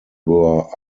were